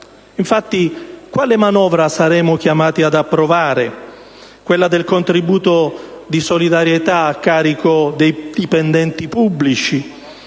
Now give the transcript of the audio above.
Infatti, quale manovra saremo chiamati ad approvare? Quella del contributo di solidarietà a carico dei dipendenti pubblici